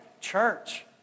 church